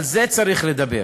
על זה צריך לדבר.